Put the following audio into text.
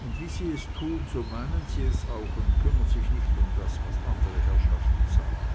und wie sie es tun so meinen sie es auch und kümmern sich nicht um das was andere herrschaften sagen